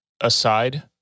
aside—